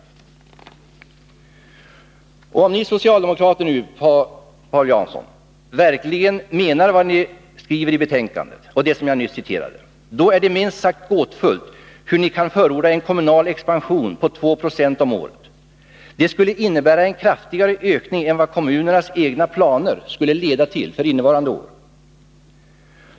Om ni socialdemokrater nu, Paul Jansson, verkligen menar vad ni skriver i betänkandet — det jag nyss citerade — då är det minst sagt gåtfullt hur ni kan förorda en kommunal expansion på 2 20 om året. Det skulle innebära en kraftigare ökning än vad kommunernas egna planer skulle leda till för innevarande år.